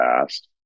past